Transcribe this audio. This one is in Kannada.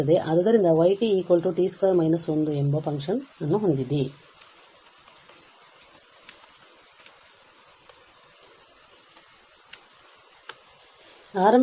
ಆದ್ದರಿಂದ y t 2 − 1 ಎಂಬ ಫಂಕ್ಷನ್ ಅನ್ನು ಹೊಂದಿದ್ದೇವೆ